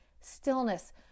stillness